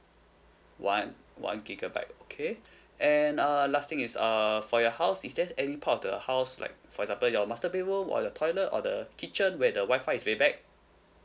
one one gigabyte okay and err last thing is uh for your house is there any part of the house like for example your master bedroom or your toilet or the kitchen where the Wi-Fi is very bad